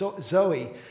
Zoe